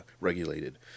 regulated